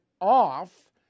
off